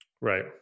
right